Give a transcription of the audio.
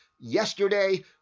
yesterday